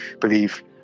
believe